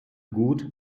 gut